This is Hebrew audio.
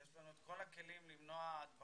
יש לנו את כל הכלים למנוע הדבקה,